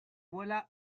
voilà